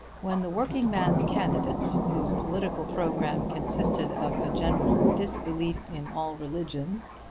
when the working-man's candidate, whose political programme consisted of a general disbelief in all religions,